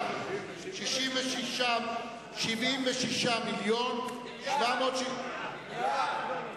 76 מיליון, מיליארד.